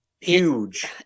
Huge